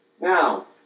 Now